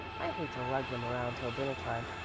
i hate to lug them around till dinner time.